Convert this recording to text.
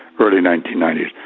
early nineteen ninety s,